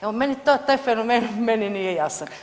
Evo, meni taj fenomen, meni nije jasan.